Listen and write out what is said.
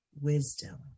wisdom